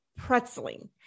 pretzeling